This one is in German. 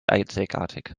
einzigartig